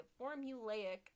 formulaic